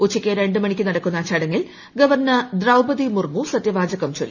ഉച്ചയ്ക്ക് രണ്ടു മണിക്ക് നടക്കുന്ന ചടങ്ങിൽ ഗവർണർ ദ്രൌപതി മുർമു സത്യവാചകം ചൊല്ലിക്കൊടുക്കും